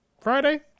Friday